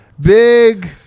Big